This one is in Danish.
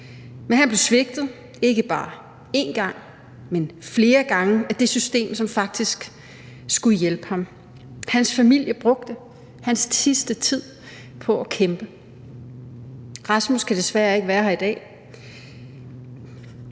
men han blev svigtet, ikke bare én gang, men flere gange af det system, som faktisk skulle hjælpe ham. Hans familie brugte hans sidste tid på at kæmpe. Rasmus kan desværre ikke være her i dag.